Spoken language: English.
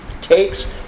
takes